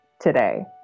today